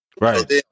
Right